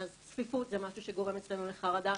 והצלחנו לאגד,